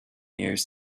years